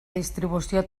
distribució